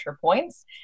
points